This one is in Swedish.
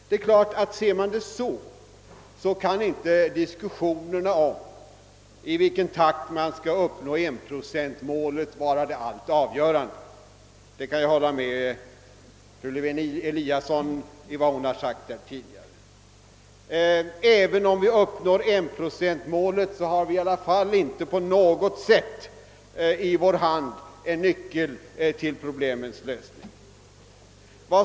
Ser man saken så kan naturligtvis inte diskussionerna om i vilken takt 1-procentsmålet skall uppnås vara det allt avgörande — på den punkten kan jag hålla med fru Lewén-Eliasson. Även om vi uppnår 1 procentsmålet, har vi inte på något sätt en nyckel i vår hand för problemens lösning.